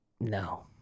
No